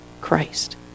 Christ